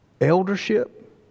eldership